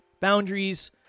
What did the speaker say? boundaries